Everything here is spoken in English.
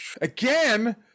again